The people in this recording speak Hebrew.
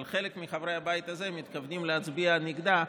אבל חלק מחברי הבית הזה מתכוונים להצביע נגדה,